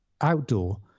outdoor